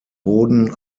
boden